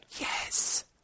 Yes